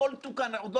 של הפוליטיקה